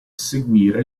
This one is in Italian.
seguire